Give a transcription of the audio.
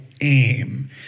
aim